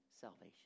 salvation